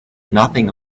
nothing